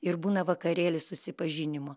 ir būna vakarėlis susipažinimo